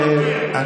אנחנו אוהבים אתכם.